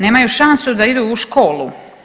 Nemaju šansu da idu u školu.